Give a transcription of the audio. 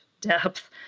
depth